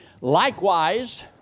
Likewise